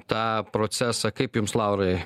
tą procesą kaip jums laurai